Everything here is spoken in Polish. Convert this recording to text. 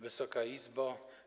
Wysoka Izbo!